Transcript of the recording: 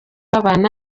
babana